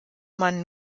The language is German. man